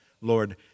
Lord